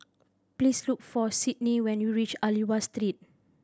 please look for Cydney when you reach Aliwal Street